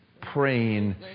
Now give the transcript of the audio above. praying